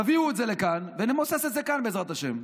תביאו את זה לכאן, ונמוסס את זה כאן, בעזרת השם.